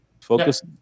Focus